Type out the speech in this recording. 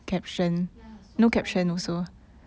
yeah so apparently hor